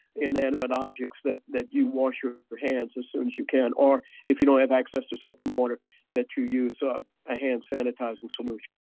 inanimate objects, that that you wash your hands as soon as you can or if you don't have access to soap and water that you use a ah hand sanitizing solution